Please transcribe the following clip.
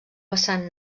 vessant